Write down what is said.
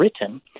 written